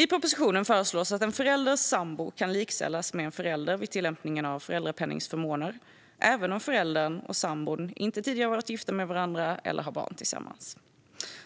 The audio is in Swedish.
I propositionen föreslås att en förälders sambo kan likställas med en förälder vid tillämpningen av föräldrapenningförmåner, även om föräldern och sambon inte tidigare har varit gifta med varandra eller har barn tillsammans.